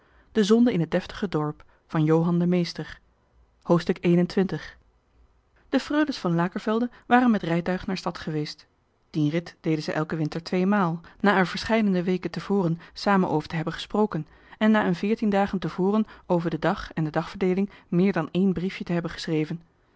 de zonde in het deftige dorp een en twintigste hoofdstuk de freules van lakervelde waren met rijtuig naar stad geweest dien rit deden zij elken winter tweemaal na er verscheidene weken te voren samen over te hebben gesproken en na een veertien dagen te voren over den dag en de dagverdeeling meer dan één briefje te hebben geschreven